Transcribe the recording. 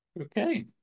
Okay